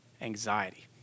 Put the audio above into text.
Anxiety